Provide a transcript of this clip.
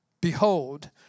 Behold